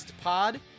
Pod